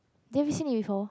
then have you seen it before